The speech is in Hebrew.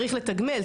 צריך לתגמל,